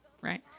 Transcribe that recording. right